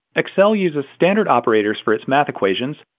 excel uses standard operators for its math equations,